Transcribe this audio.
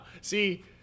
See